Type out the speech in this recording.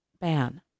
ban